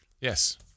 Yes